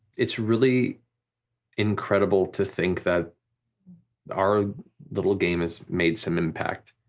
it's really incredible to think that our little game has made some impact.